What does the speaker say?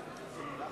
במקרה.